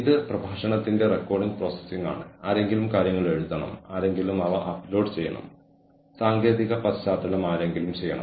മുൻകാല തന്ത്രത്തിന് കീഴിൽ ഒളിഞ്ഞിരിക്കുന്ന കഴിവുകൾ അല്ലെങ്കിൽ അനാവശ്യമെന്ന് കരുതിയ കഴിവുകൾ ഉപയോഗപ്പെടുത്താൻ ശ്രമിക്കുന്ന പ്രവർത്തനങ്ങളെയാണ് കോമ്പിറ്റെൻസി യൂട്ടിലൈസേഷൻ കൈകാര്യം ചെയ്യുന്നത്